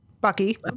Bucky